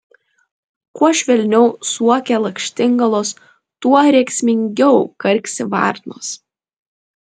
kuo švelniau suokia lakštingalos tuo rėksmingiau karksi varnos